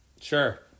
Sure